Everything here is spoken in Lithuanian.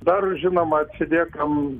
dar žinoma atsiliekam